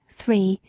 three,